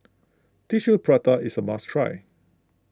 Tissue Prata is a must try